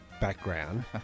background